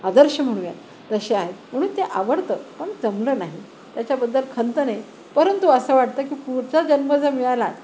आदर्श म्हणूया तसे आहेत म्हणून ते आवडतं पण जमलं नाही त्याच्याबद्दल खंतं नाही परंतु असं वाटतं की पुढचा जन्म जर मिळाला